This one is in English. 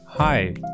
Hi